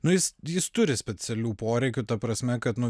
nors jis jis turi specialių poreikių ta prasme kad nu